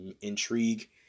intrigue